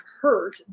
hurt